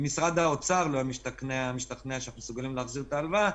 ומשרד האוצר לא היה משתכנע שאנחנו מסוגלים להחזיר את ההלוואה,